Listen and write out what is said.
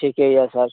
ठीक छै इएह साल